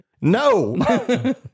No